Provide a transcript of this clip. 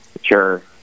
sure